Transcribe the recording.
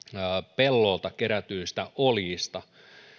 pellolta kerätyistä oljista